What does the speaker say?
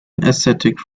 ascetic